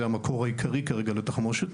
זה המקור העיקרי כרגע לתחמושת,